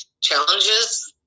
challenges